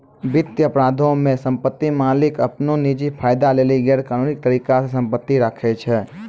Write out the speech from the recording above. वित्तीय अपराधो मे सम्पति मालिक अपनो निजी फायदा लेली गैरकानूनी तरिका से सम्पति राखै छै